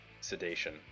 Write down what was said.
sedation